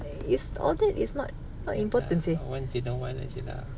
ya once in awhile jer lah